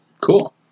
Cool